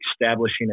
establishing